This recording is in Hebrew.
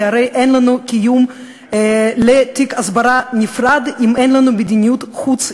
כי הרי אין לנו קיום לתיק הסברה נפרד אם אין לנו מדיניות חוץ,